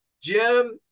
Jim